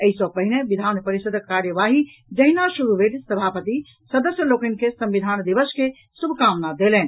एहि सॅ पहिने विधान परिषद्क कार्यवाही जहिना शुरु भेल सभापति सदस्य लोकनि के संविधान दिवस के शुभकामना देलनि